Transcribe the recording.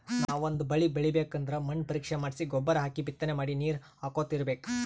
ನಾವ್ ಒಂದ್ ಬಳಿ ಬೆಳಿಬೇಕ್ ಅಂದ್ರ ಮಣ್ಣ್ ಪರೀಕ್ಷೆ ಮಾಡ್ಸಿ ಗೊಬ್ಬರ್ ಹಾಕಿ ಬಿತ್ತನೆ ಮಾಡಿ ನೀರ್ ಹಾಕೋತ್ ಇರ್ಬೆಕ್